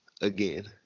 again